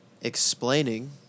explaining